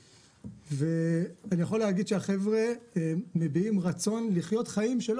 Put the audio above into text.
אני יכול להגיד שהחבר'ה מביעים רצון לחיות חיים כאלה,